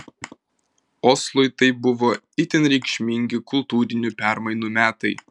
oslui tai buvo itin reikšmingi kultūrinių permainų metai